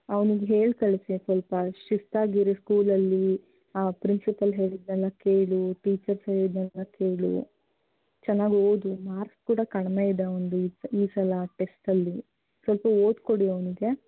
ಅವನಿಗೆ ಹೇಳಿ ಕಳಿಸಿ ಸ್ವಲ್ಪ ಶಿಸ್ತಾಗಿರು ಸ್ಕೂಲಲ್ಲಿ ಪ್ರಿನ್ಸಿಪಲ್ ಹೇಳಿದ್ದನ್ನೆಲ್ಲ ಕೇಳು ಟೀಚರ್ಸ್ ಹೇಳಿದ್ದನ್ನು ಕೇಳು ಚೆನ್ನಾಗಿ ಓದು ಮಾರ್ಕ್ಸ್ ಕೂಡ ಕಡಿಮೆ ಇದೆ ಅವನದು ಈ ಸಲ ಟೆಸ್ಟಲ್ಲಿ ಸ್ವಲ್ಪ ಓದಿಕೊಡಿ ಅವನಿಗೆ